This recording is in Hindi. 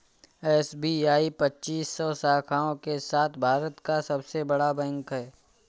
एस.बी.आई पच्चीस सौ शाखाओं के साथ भारत का सबसे बड़ा बैंक है